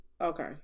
okay